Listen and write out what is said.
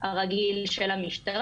הרגיל של המשטרה